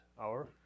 hour